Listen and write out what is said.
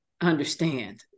understand